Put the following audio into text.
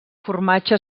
formatge